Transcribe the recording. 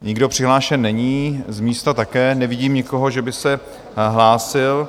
Nikdo přihlášen není, z místa také nevidím nikoho, že by se hlásil.